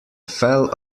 fell